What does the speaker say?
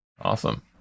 Awesome